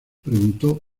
preguntó